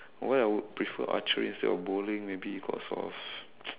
well I would prefer archery instead of bowling maybe because of